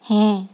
ᱦᱮᱸ